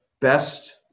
best